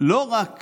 לא רק